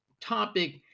topic